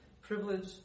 privilege